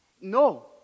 No